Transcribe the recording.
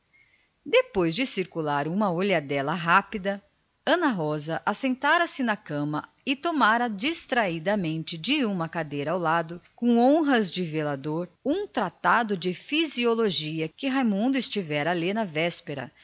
depois de varrer o olhar em torno de si assentara se na cama e tomara distraidamente de uma cadeira ao lado no lugar do velador um tratado de fisiologia que o rapaz estivera a ler na véspera